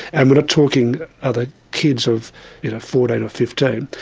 and we're not talking other kids of fourteen or fifteen,